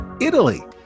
Italy